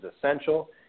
essential